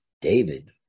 David